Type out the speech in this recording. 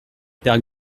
père